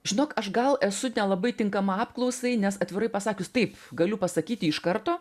žinok aš gal esu nelabai tinkama apklausai nes atvirai pasakius taip galiu pasakyti iš karto